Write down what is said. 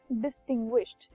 distinguished